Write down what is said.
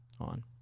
on